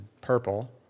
purple